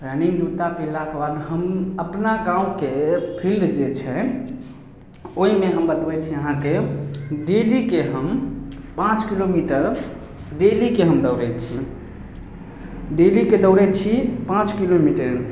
running जुत्ता पिन्हलाके बाद हम अपना गामके फील्ड जे छै ओहिमे हम बतबै छी अहाँके डेलीके हम पाँच किलोमीटर डेलीके हम दौड़ै छी डेलीके दौड़ै छी पाँच किलोमीटर